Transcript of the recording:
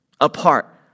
apart